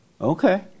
okay